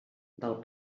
del